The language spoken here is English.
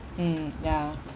mm ya